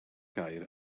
gair